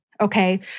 Okay